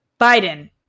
Biden